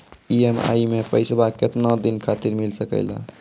EMI मैं पैसवा केतना दिन खातिर मिल सके ला?